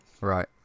right